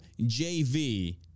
JV